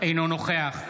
הוא היה בקריאה ראשונה.